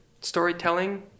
storytelling